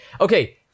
okay